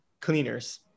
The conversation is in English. cleaners